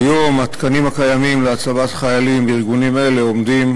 כיום התקנים הקיימים להצבת חיילים בארגונים אלה עומדים